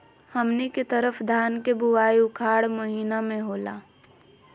हमनी के तरफ धान के बुवाई उखाड़ महीना में होला